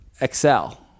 excel